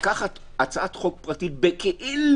לקחת הצעת חוק פרטית בכאילו.